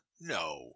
No